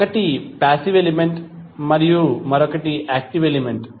ఒకటి passive element మరియు మరొకటి యాక్టివ్ ఎలిమెంట్